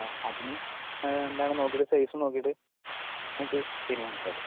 അതിന് എന്താണ് നമുക്ക് സൈസ് നോക്കിയിട്ട് തീരുമാനിക്കാം അത്